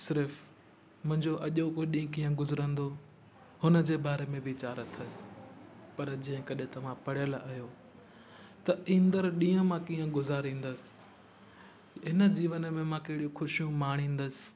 सिर्फ़ु मुंहिंजो अॼोको ॾींहं कीअं गुज़िरींदो हुनजे बारे में वीचार अथस पर जेकॾहिं तव्हांखे पढ़ियल आहियो त ईंदड़ु ॾींहं मां कीअं गुज़ारींदुसि हिन जीवन में मां कहिड़ियूं खुशियूं माणींदुसि